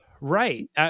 right